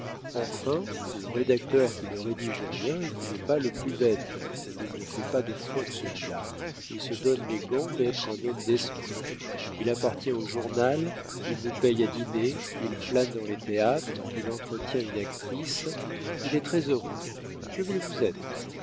enfin le rédacteur qui ne rédige rien et qui n'est pas le plus bête il ne fait pas de fautes celui-là il se donne les gants d'être un homme d'esprit il appartient au journal il nous paye à dîner il flâne dans les théâtres il entretient une actrice il est très-heureux que voulez-vous être